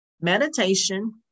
meditation